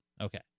Okay